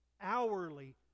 hourly